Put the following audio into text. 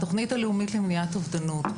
התוכנית הלאומית למניעת אובדנות,